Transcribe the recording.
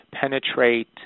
penetrate